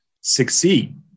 succeed